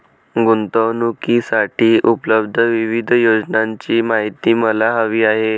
गुंतवणूकीसाठी उपलब्ध विविध योजनांची माहिती मला हवी आहे